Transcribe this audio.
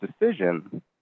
decision